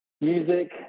music